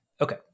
Okay